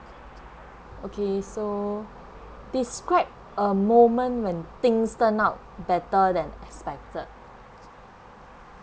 okay so describe a moment when things turn out better than expected